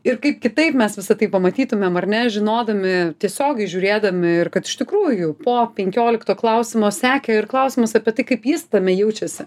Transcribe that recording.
ir kaip kitaip mes visa tai pamatytumėm ar ne žinodami tiesiogiai žiūrėdami ir kad iš tikrųjų po penkiolikto klausimo sekė ir klausimas apie tai kaip jis tame jaučiasi